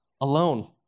alone